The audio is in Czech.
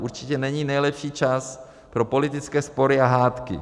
Určitě není nejlepší čas pro politické spory a hádky.